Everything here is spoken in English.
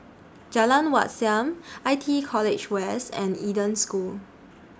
Jalan Wat Siam I T E College West and Eden School